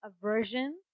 aversion